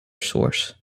source